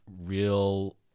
real